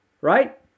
right